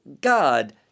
God